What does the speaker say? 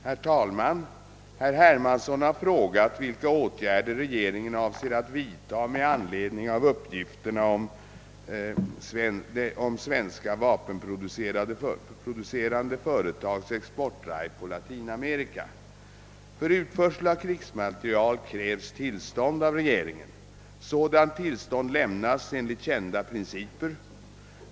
Herr talman! Herr Hermansson har frågat vilka åtgärder regeringen avser att vidta med anledning av uppgifterna om svenska vapenproducerande företags exportdrive på Latinamerika. För utförsel av krigsmateriel krävs tillstånd av regeringen. Sådant tillstånd lämnas enligt kända principer.